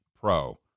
pro